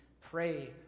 pray